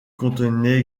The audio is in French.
contenaient